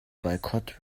boykott